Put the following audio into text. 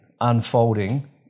unfolding